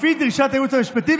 לפי דרישת הייעוץ המשפטי,